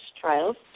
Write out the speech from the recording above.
trials